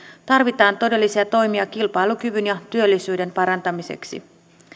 tarvitaan todellisia toimia kilpailukyvyn ja työllisyyden parantamiseksi